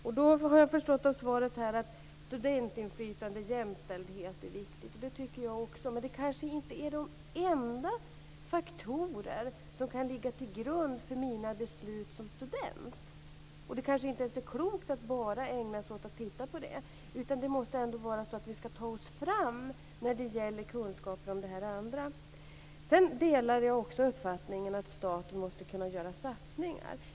Jag har förstått av svaret att studentinflytande och jämställdhet är viktigt. Det tycker jag också. Men det kanske inte är de enda faktorer som kan ligga till grund för mina beslut som student. Och det kanske inte är så klokt att bara ägna sig åt att titta på det. Det måste ändå vara så att vi skall ta oss fram när det gäller kunskaper om det här andra. Sedan delar jag också uppfattningen att staten måste kunna göra satsningar.